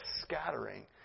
scattering